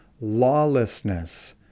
lawlessness